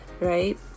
right